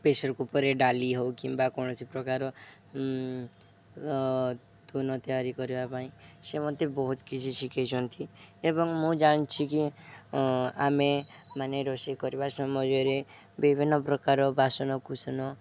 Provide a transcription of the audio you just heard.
ପ୍ରେସରକୁୁକରରେ ଡାଲି ହଉ କିମ୍ବା କୌଣସି ପ୍ରକାର ତୂନ ତିଆରି କରିବା ପାଇଁ ସେ ମୋତେ ବହୁତ କିଛି ଶିଖାଇଛନ୍ତି ଏବଂ ମୁଁ ଜାଣିଛି କି ଆମେ ମାନେ ରୋଷେଇ କରିବା ସମୟରେ ବିଭିନ୍ନ ପ୍ରକାର ବାସନ କୁସନ